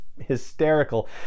Hysterical